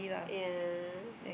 ya